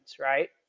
right